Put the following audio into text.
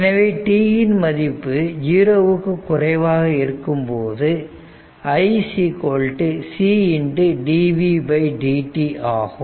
எனவே t இன் மதிப்பு 0 க்கு குறைவாக இருக்கும்போது i C dvdt ஆகும்